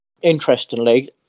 Interestingly